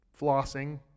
flossing